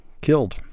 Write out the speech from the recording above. killed